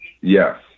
Yes